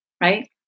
right